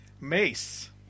Mace